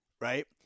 Right